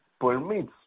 permits